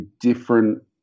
different